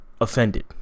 offended